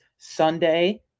Sunday